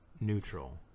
neutral